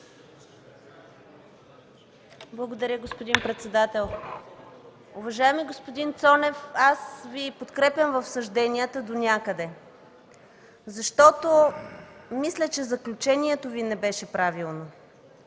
Благодаря, господин председател. Уважаеми господин Цонев, аз Ви подкрепям в съжденията донякъде. Мисля, че заключението Ви не беше правилно.